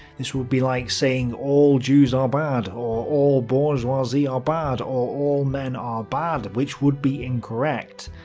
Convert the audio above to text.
this would be like saying all jews are bad, or all bourgeoisie are bad, or all men are bad, which would be incorrect.